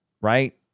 Right